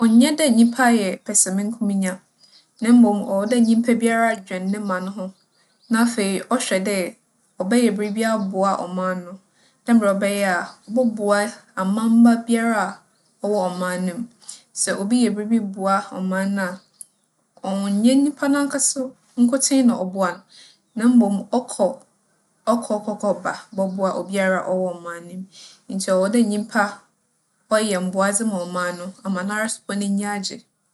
ͻnnyɛ dɛ nyimpa yɛ pɛsɛankonya, na mbom ͻwͻ dɛ nyimpa biara dwen ne man ho. Na afei, ͻhwɛ dɛ ͻbɛyɛ biribi aboa ͻman no, dɛ mbrɛ ͻbɛyɛ a ͻbͻboa amamba biara a ͻwͻ ͻman no mu. Sɛ obi yɛ biribi boa ͻman no a, ͻnnyɛ nyimpa narankasa nkotsee na ͻboa no, na mbom ͻkͻ - ͻkͻ kͻ kͻ kͻ ba bͻboa obiara a ͻwͻ ͻman no mu. Ntsi ͻwͻ dɛ nyimpa ͻyɛ mboadze ma ͻman no, ama noara so mpo n'enyi agye.